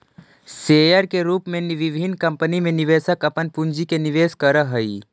share के रूप में विभिन्न कंपनी में निवेशक अपन पूंजी के निवेश करऽ हइ